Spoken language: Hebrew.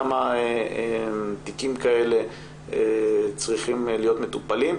כמה תיקים כאלה צריכים להיות מטופלים,